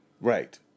Right